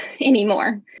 anymore